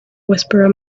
whisperer